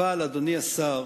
אבל, אדוני השר,